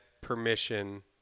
permission